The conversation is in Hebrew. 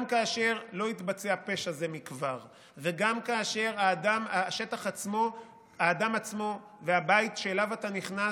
גם כאשר לא התבצע פשע זה מכבר וגם כאשר האדם עצמו והבית שאליו אתה נכנס,